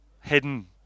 Hidden